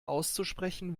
auszusprechen